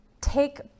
take